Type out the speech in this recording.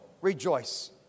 rejoice